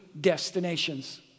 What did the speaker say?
destinations